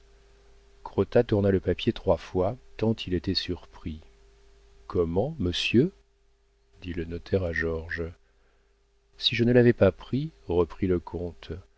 crottat tourna le papier trois fois tant il était surpris comment monsieur dit le notaire à georges si je ne l'avais pas pris reprit le comte